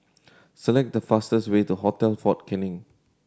select the fastest way to Hotel Fort Canning